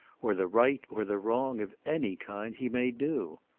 or the right or the wrong, of any kind, he may do.